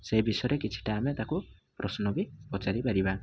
ସେଇ ବିଷୟରେ କିଛିଟା ଆମେ ତାକୁ ପ୍ରଶ୍ନ ବି ପଚାରି ପାରିବା